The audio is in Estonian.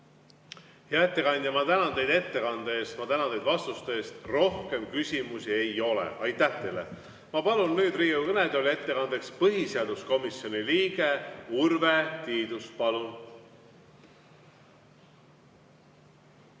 Hea ettekandja, ma tänan teid ettekande eest ja ma tänan teid vastuste eest. Rohkem küsimusi ei ole. Aitäh teile! Palun nüüd Riigikogu kõnetooli ettekandeks põhiseaduskomisjoni liikme Urve Tiiduse.